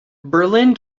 berlin